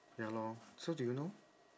ya lor so do you know